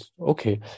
okay